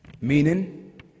meaning